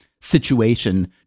situation